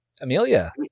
Amelia